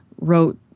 wrote